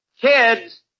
Kids